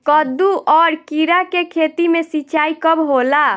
कदु और किरा के खेती में सिंचाई कब होला?